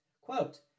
Quote